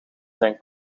zijn